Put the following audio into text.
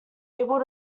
able